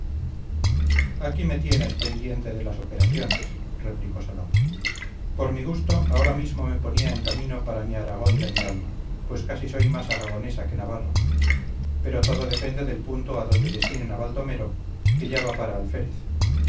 aquí me tienes pendiente de las operaciones replicó saloma por mi gusto ahora mismo me ponía en camino para mi aragón de mi alma pues casi soy más aragonesa que navarra pero todo depende del punto a donde destinen a baldomero que ya va para alférez